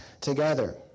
together